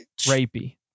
rapey